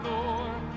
Lord